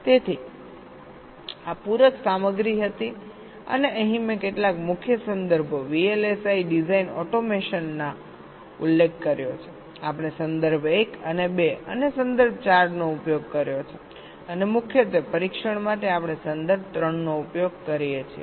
તેથી આ પૂરક સામગ્રી હતી અને અહીં મેં કેટલાક મુખ્ય સંદર્ભો VLSI ડિઝાઇન ઓટોમેશનનો ઉલ્લેખ કર્યો છે આપણે સંદર્ભ 1 અને 2 અને સંદર્ભ 4 નો ઉપયોગ કર્યો છે અને મુખ્યત્વે પરીક્ષણ માટે આપણે સંદર્ભ 3 નો ઉપયોગ કરીએ છીએ